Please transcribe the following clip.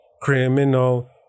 criminal